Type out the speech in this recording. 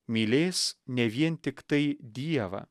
mylės ne vien tiktai dievą